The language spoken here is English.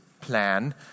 plan